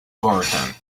gorton